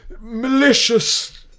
malicious